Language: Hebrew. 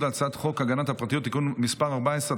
על הצעת חוק הגנת הפרטיות (תיקון מס' 14),